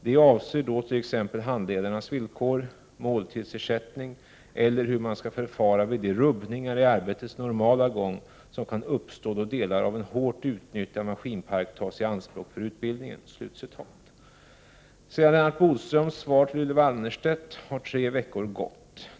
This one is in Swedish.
De avser då t.ex. handledarnas villkor, måltidsersättning eller hur man skall förfara vid de rubbningar i arbetets normala gång som kan uppstå då delar av en hårt utnyttjad maskinpark tas i anspråk för utbildningen”. Sedan Lennart Bodströms svar till Ylva Annerstedt har tre veckor gått.